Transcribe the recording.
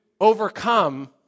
overcome